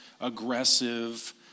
aggressive